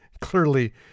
Clearly